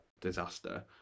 disaster